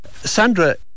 Sandra